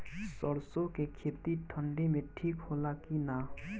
सरसो के खेती ठंडी में ठिक होला कि ना?